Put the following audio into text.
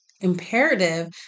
imperative